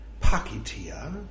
Pakitiya